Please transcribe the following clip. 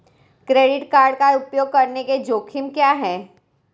Credit card का उपयोग करने के जोखिम क्या हैं?